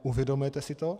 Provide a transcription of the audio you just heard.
Uvědomujete si to?